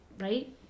right